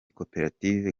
koperative